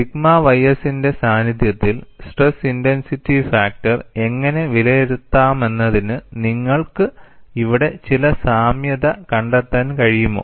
sigma ys ന്റെ സാന്നിധ്യത്തിൽ stress intensity factor എങ്ങനെ വിലയിരുത്താമെന്നതിന് നിങ്ങൾക്ക് ഇവിടെ ചില സാമ്യത കണ്ടെത്താൻ കഴിയുമോ